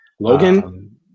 Logan